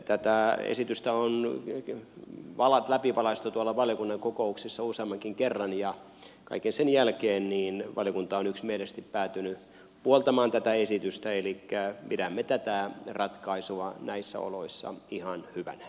tätä esitystä on läpivalaistu tuolla valiokunnan kokouksissa useammankin kerran ja kaiken sen jälkeen valiokunta on yksimielisesti päätynyt puoltamaan tätä esitystä elikkä pidämme tätä ratkaisua näissä oloissa ihan hyvänä